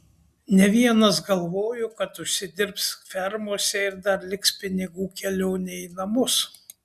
ne vienas galvojo kad užsidirbs fermose ir dar liks pinigų kelionei į namus